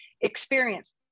experience